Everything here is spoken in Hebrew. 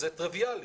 זה טריביאלי.